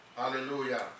Hallelujah